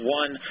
one